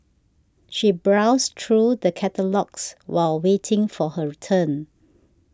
she browsed through the catalogues while waiting for her turn